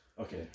Okay